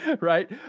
right